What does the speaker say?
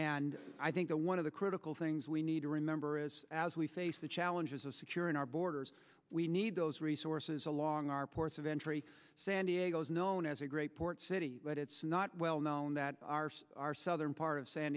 and i think one of the critical things we need to remember is as we face the challenges of securing our borders we need those resources along our ports of entry san diego is known as a great port city but it's not well known that our southern part of san